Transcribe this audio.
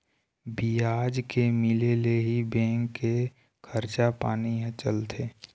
बियाज के मिले ले ही बेंक के खरचा पानी ह चलथे